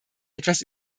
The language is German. etwas